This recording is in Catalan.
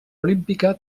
olímpica